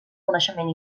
coneixement